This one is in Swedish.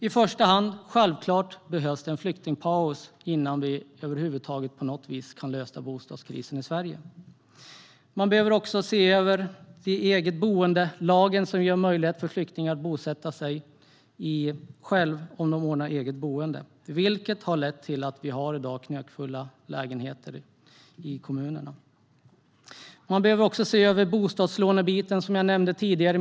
I första hand behövs det självklart en flyktingpaus innan vi över huvud taget på något sätt kan lösa bostadskrisen i Sverige. Man behöver också se över lagen om eget boende som ger flyktingar möjlighet att bosätta sig där de vill om de ordnar eget boende. Det har lett till att vi i dag har knökfulla lägenheter i kommunerna. Man behöver också över frågan om bostadslån, som jag nämnde tidigare.